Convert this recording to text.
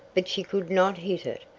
but she could not hit it!